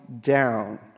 down